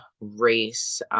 race